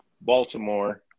Baltimore